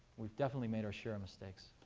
we've definitely made our share of mistakes.